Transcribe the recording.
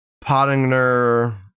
Pottinger